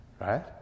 right